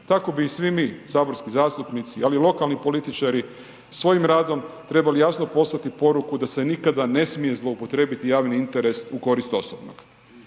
Tako bi i svi mi saborski zastupnici, ali i lokalni političari, svojim radom trebali jasno poslati poruku, da se nikada ne smije zloupotrijebiti javni interes u korist osobnog.